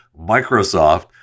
Microsoft